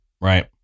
Right